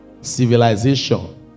civilization